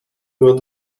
nur